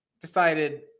decided